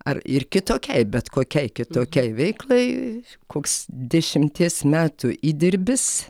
ar ir kitokiai bet kokiai kitokiai veiklai koks dešimties metų įdirbis